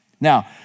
Now